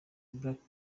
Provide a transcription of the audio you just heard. black